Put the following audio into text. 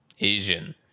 asian